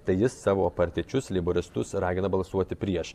tai jis savo partiečius leiboristus ragino balsuoti prieš